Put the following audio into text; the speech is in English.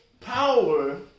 power